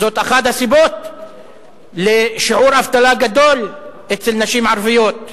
זו אחת הסיבות לשיעור אבטלה גדול אצל נשים ערביות.